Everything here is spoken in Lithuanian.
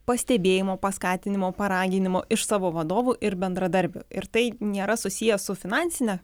pastebėjimo paskatinimo paraginimo iš savo vadovų ir bendradarbių ir tai nėra susiję su finansine